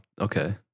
okay